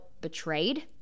betrayed